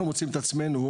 אנחנו מוצאים את עצמנו,